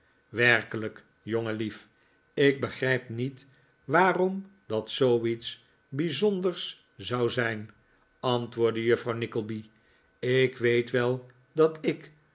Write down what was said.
werkelijk jongenlief ik begrijp niet waarom dat zooiets bijzonders zou zijn antwoordde juffrouw nickleby ik weet wel dat ik